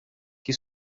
que